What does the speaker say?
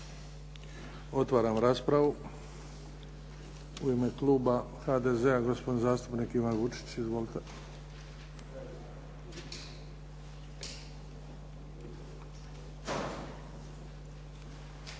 Otvaram raspravu. U ime kluba HDZ-a, gospodin zastupnik Ivan Vučić. Izvolite.